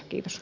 kiitos